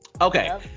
okay